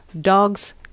dogs